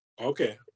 Okay